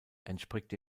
entspringt